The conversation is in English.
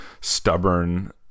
stubborn